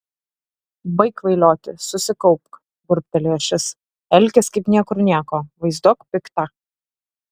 baik kvailioti susikaupk burbtelėjo šis elkis kaip niekur nieko vaizduok piktą